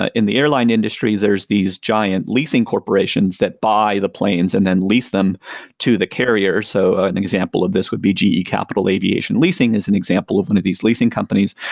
ah in the airline industry, there's these giant leasing corporations that buy the planes and then lease them to the carrier so ah an example of this would be ge capital aviation leasing is an example of one of these leasing companies.